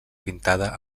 pintada